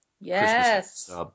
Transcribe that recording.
Yes